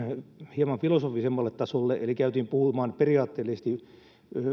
hieman filosofisemmalle tasolle eli käytiin puhumaan periaatteellisesti